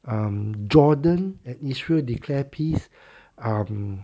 um jordan and israel declare peace um